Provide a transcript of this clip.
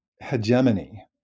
hegemony